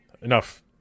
enough